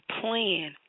plan